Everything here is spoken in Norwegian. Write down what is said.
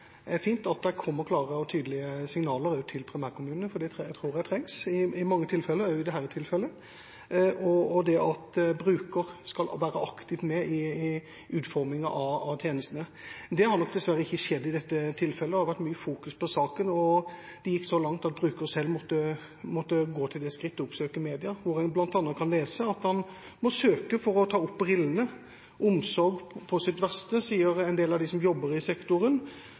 fint at det kommer klare og tydelige signaler ut til primærkommunene, for det tror jeg trengs i mange tilfeller – også i dette tilfellet – og at bruker skal være aktivt med i utformingen av tjenestene. Det har nok dessverre ikke skjedd i dette tilfellet. Det har vært fokusert mye på saken, og det gikk så langt at bruker selv måtte gå til det skritt å oppsøke media, hvor en bl.a. kan lese at han må søke for å ta opp brillene. Omsorg på sitt verste, sier en del av dem som jobber i sektoren.